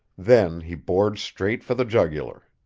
then he bored straight for the jugular.